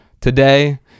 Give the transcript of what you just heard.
Today